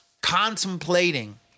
contemplating